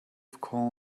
call